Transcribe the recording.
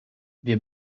wir